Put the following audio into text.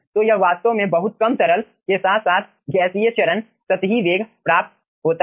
तो यह वास्तव में बहुत कम तरल के साथ साथ गैसीय चरण सतही वेग प्राप्त होता है